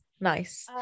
nice